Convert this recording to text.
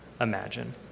imagine